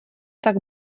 tak